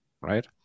Right